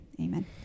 Amen